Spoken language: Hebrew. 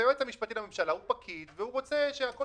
היועץ המשפטי לממשלה הוא פקיד והוא רוצה שהכול